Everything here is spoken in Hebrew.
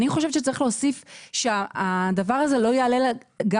אני חושבת שצריך להוסיף שהדבר הזה לא יעלה גם,